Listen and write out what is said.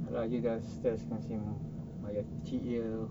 ya lah dia just kecil jer